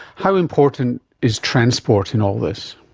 how important is transport in all this?